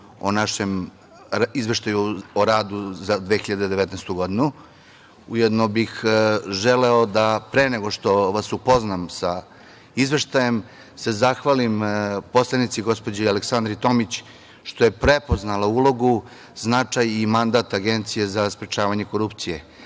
o Izveštaju o radu za 2019. godinu. Ujedno bih želeo da, pre nego što vas upoznam sa Izveštajem, se zahvalim poslanici, gospođi Aleksandri Tomić, što je prepoznala ulogu, značaj i mandat Agencije za sprečavanje korupcije